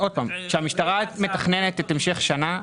כשהמשטרה מתכננת את המשך השנה,